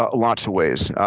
ah lots of ways.